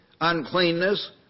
uncleanness